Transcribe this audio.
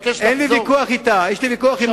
אין לי ויכוח אתה, יש לי ויכוח עם מרצ.